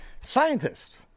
scientists